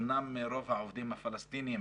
אומנם רוב העובדים הפלסטינים